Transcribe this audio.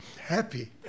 happy